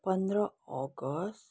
पन्ध्र अगस्त